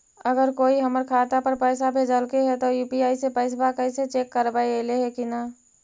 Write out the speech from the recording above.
अगर कोइ हमर खाता पर पैसा भेजलके हे त यु.पी.आई से पैसबा कैसे चेक करबइ ऐले हे कि न?